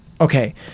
okay